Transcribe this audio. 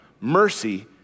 mercy